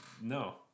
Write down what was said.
no